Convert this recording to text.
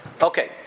Okay